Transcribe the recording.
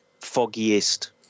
foggiest